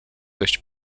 dość